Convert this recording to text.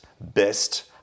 best